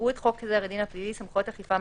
יקראו את חוק סדר הדין הפלילי (סמכויות אכיפה,